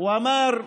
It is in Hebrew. הוא אמר: